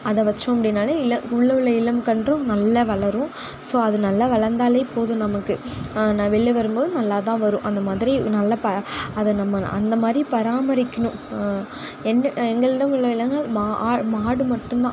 அதை வச்சோம் அப்படினாலே இல்லை உள்ளவுள்ள இளம் கன்றும் நல்லா வளரும் ஸோ அது நல்லா வளர்ந்தாலே போதும் நமக்கு நான் வெளில வரும் போது நல்லா தான் வரும் அந்த மாதிரி நல்லா ப அதை நம்ம அந்த மாதிரி பராமரிக்கணும் என்ன எங்களிடம் உள்ள விலங்குகள் மாடு மட்டுந்தான்